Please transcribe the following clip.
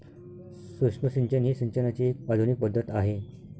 सूक्ष्म सिंचन ही सिंचनाची एक आधुनिक पद्धत आहे